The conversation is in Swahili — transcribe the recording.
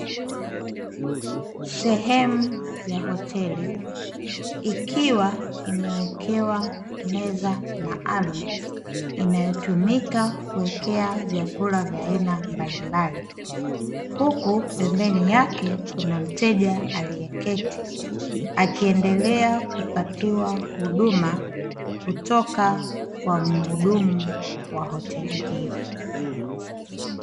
Sehemu ya hoteli ikiwa imewekewa meza maalumu inayotumika kuwekea vyakula vya aina mbalimbali, huku pembeni yake kuna mteja aliyeketi ekiendelea kupatiwa huduma kutoka kwa mhudumu wa hoteli hiyo.